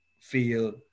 feel